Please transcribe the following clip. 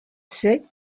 secs